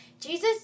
Jesus